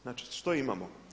Znači što imamo?